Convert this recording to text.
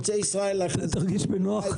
תרגיש בנוח.